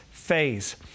Phase